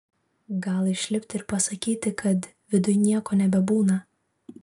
gal išlipti ir pasakyti kad viduj nieko nebebūna